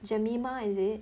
jemimah is it